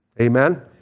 amen